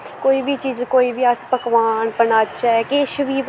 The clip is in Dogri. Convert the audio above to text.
कोई बी चीज़ कोई बी अस पकवान बनाचै किश बी बनाचै